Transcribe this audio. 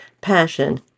passion